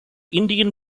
indian